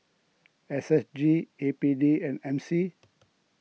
S S G A P D and M C